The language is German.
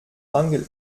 angel